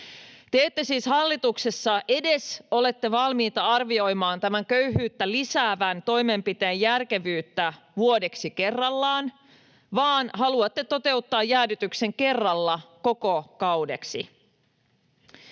Te ette siis hallituksessa edes ole valmiita arvioimaan tämän köyhyyttä lisäävän toimenpiteen järkevyyttä vuodeksi kerrallaan, vaan haluatte toteuttaa jäädytyksen kerralla koko kaudeksi.